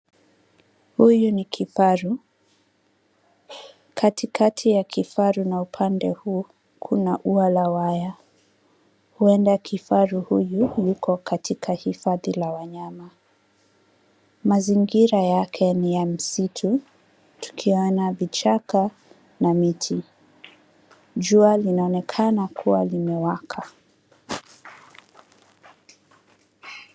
Huyu ni kifaru. Katikati ya kifaru na upande huu, kuna ua la waya. Huenda kifaru huyu, yuko katika hifadhi la wanyama. Mazingira yake ni ya msitu, tukiona vichaka na miti. Jua linaonekana kuwa limewaka.